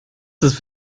ist